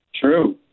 True